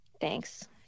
Thanks